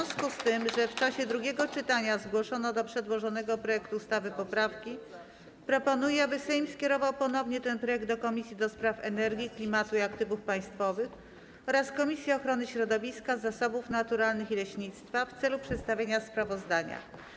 W związku z tym, że w czasie drugiego czytania zgłoszono do przedłożonego projektu ustawy poprawki, proponuję, aby Sejm skierował ponownie ten projekt do Komisji do Spraw Energii, Klimatu i Aktywów Państwowych oraz Komisji Ochrony Środowiska, Zasobów Naturalnych i Leśnictwa w celu przedstawienia sprawozdania.